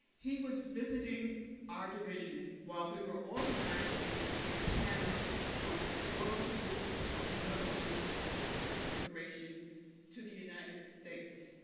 he was visiting our division while we were organizing a panel on the historical roots of muslim immigration to the united states.